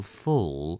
full，